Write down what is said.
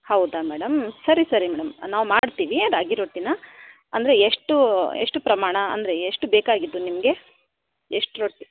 ಹೌದಾ ಮೇಡಂ ಸರಿ ಸರಿ ಮೇಡಂ ನಾವು ಮಾಡ್ತೀವಿ ರಾಗಿರೊಟ್ಟಿನ ಅಂದರೆ ಎಷ್ಟು ಎಷ್ಟು ಪ್ರಮಾಣ ಅಂದರೆ ಎಷ್ಟು ಬೇಕಾಗಿತ್ತು ನಿಮಗೆ ಎಷ್ಟು ರೊಟ್ಟಿ